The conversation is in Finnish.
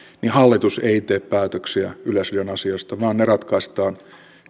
niin hallitus ei tee päätöksiä yleisradion asioista vaan ne ratkaistaan